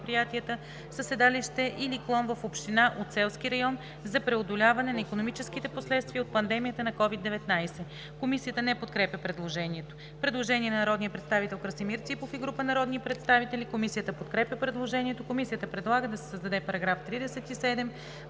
със седалище или клон в община от селски район за преодоляване на икономическите последствия от пандемията на COVID-19.“ Комисията не подкрепя предложението. Предложение на народния представител Красимир Ципов и група народни представители. Комисията подкрепя предложението. Комисията предлага да се създаде § 37: „§ 37.